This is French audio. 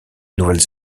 nouvelle